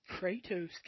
Kratos